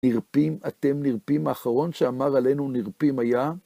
נרפים, אתם נרפים, האחרון שאמר עלינו נרפים היה?